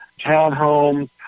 townhomes